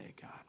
God